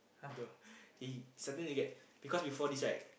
the he suddenly they get because before this right